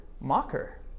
mocker